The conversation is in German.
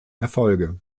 erfolge